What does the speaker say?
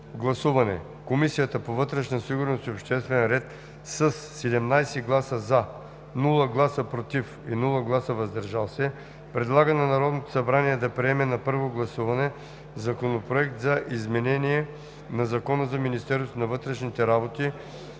гласуване Комисията по вътрешна сигурност и обществен ред със 17 гласа „за“, без „против“ и „въздържал се“ предлага на Народното събрание да приеме на първо гласуване Законопроект за изменение на Закона за Министерството на вътрешните работи,